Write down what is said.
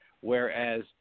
whereas